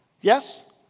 Yes